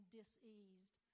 diseased